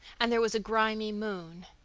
and there was a grimy moon.